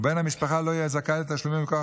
ובן המשפחה לא יהיה זכאי לתשלומים מכוח